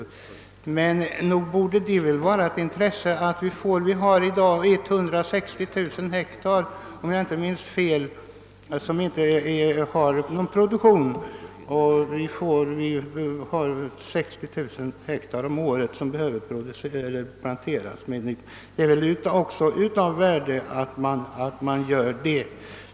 Om jag inte minns fel har vi i dag 160 000 hektar som inte har någon produktion, och ungefär 60 000 hektar per år behöver planteras. Att så sker är väl också av värde.